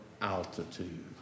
altitude